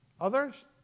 Others